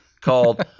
called